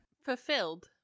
fulfilled